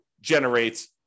generate